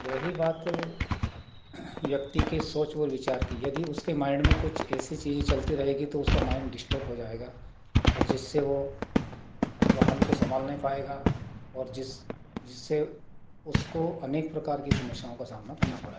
रही बात व्यक्ति के सोच व विचार की है यदि उसके माइंड में कुछ ऐसी चीज़ें चलती रहेंगी तो उसका माइंड डिश्टर्ब हो जाएगा और जिससे वो वाहन को सम्भाल नहीं पाएगा और जिस जिससे उसको अनेक प्रकार की समस्याओं का सामना करना पड़ेगा